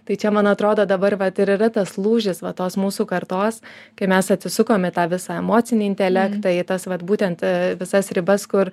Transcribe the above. tai čia man atrodo dabar vat ir yra tas lūžis va tos mūsų kartos kai mes atsisukom į tą visą emocinį intelektą į tas vat būtent visas ribas kur